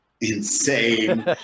insane